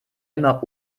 immer